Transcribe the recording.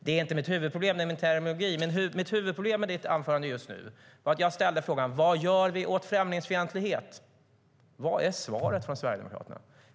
Det här med terminologin är inte mitt huvudproblem, utan mitt huvudproblem med ditt anförande just nu är att jag ställde frågan: Vad gör vi åt främlingsfientlighet? Och vad är svaret från Sverigedemokraterna?